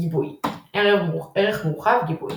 גיבוי ערך מורחב – גיבוי